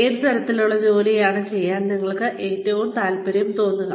ഏത് തരത്തിലുള്ള ജോലിയാണ് ചെയ്യാൻ നിങ്ങൾക്ക് ഏറ്റവും താൽപ്പര്യം തോന്നുക